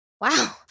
wow